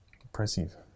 Impressive